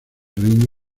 reino